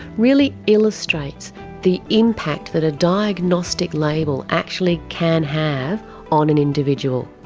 really illustrates the impact that a diagnostic label actually can have on an individual.